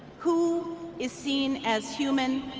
who is seen as human